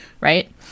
right